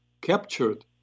captured